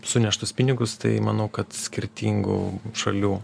suneštus pinigus tai manau kad skirtingų šalių